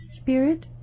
spirit